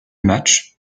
match